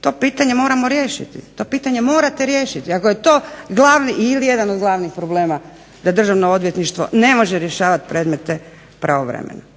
To pitanje moramo riješiti, to pitanje morate riješiti. Ako je to glavni ili jedan od glavnih problema da državno odvjetništvo ne može rješavati predmete pravovremeno.